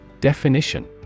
Definition